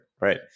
right